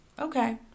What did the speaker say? okay